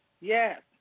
Yes